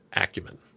Acumen